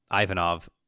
Ivanov